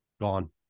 Gone